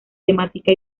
temática